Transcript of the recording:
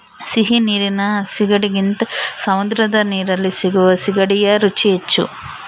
ಸಿಹಿ ನೀರಿನ ಸೀಗಡಿಗಿಂತ ಸಮುದ್ರದ ನೀರಲ್ಲಿ ಸಿಗುವ ಸೀಗಡಿಯ ರುಚಿ ಹೆಚ್ಚು